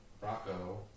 Rocco